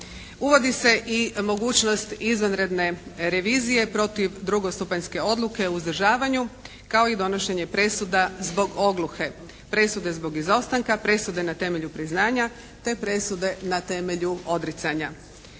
Uvodi se i mogućnost izvanredne revizije protiv drugostupanjske odluke o uzdržavanju kao i donošenja presuda zbog ogluhe, presude zbog izostanka, presude na temelju priznanja, te presude na temelju odricanja.